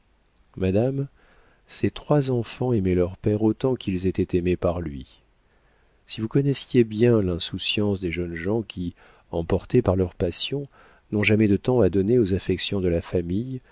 madame ces trois enfants aimaient leur père autant qu'ils étaient aimés par lui si vous connaissiez bien l'insouciance des jeunes gens qui emportés par leurs passions n'ont jamais de temps à donner aux affections de la famille